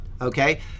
okay